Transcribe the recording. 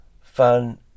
fun